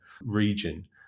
region